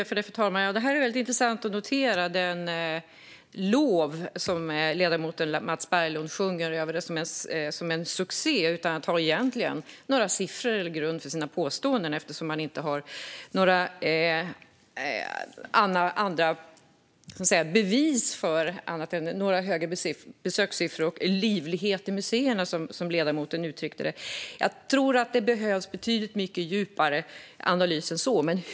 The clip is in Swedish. Fru talman! Det är väldigt intressant att notera det lov som ledamoten Mats Berglund sjunger över detta som en succé, utan att egentligen ha några siffror till grund för sina påståenden. Han har inga andra bevis än några höga besökssiffror och livlighet på museerna, som ledamoten uttryckte det. Jag tror att det behövs betydligt djupare analys än så.